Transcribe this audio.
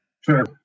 Sure